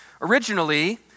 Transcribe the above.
Originally